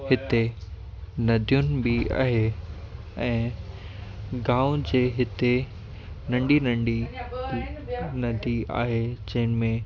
हिते नदियुनि बि आहे ऐं गांव जे हिते नंढी नंढी नदी आहे जंहिं में